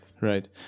Right